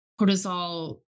cortisol